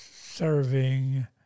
serving